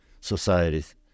societies